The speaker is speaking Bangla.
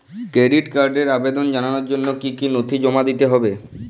ক্রেডিট কার্ডের আবেদন জানানোর জন্য কী কী নথি জমা দিতে হবে?